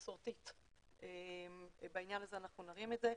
המסורתית בעניין הזה אנחנו נרים את זה.